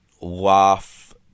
laugh